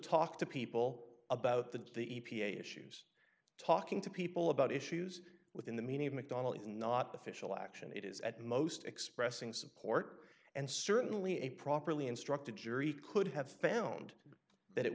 talk to people about the the e p a issues talking to people about issues within the meaning of mcdonnell is not the fischel action it is at most expressing support and certainly a properly instructed jury could have found that it